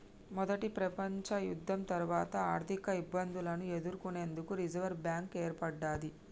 మొదటి ప్రపంచయుద్ధం తర్వాత ఆర్థికఇబ్బందులను ఎదుర్కొనేందుకు రిజర్వ్ బ్యాంక్ ఏర్పడ్డది